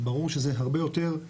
זה ברור שזה הרבה יותר,